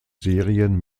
serien